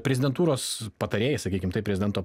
prezidentūros patarėjai sakykim prezidento